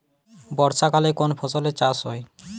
বর্ষাকালে কোন ফসলের চাষ হয়?